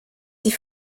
die